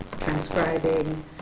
transcribing